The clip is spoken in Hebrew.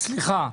סליחה.